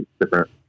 different